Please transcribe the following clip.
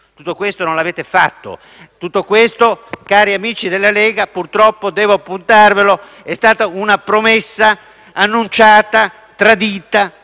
Tutto questo non l'avete fatto. Tutto questo, cari amici della Lega, purtroppo, devo appuntarvelo, è stata una promessa annunciata, tradita